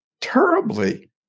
terribly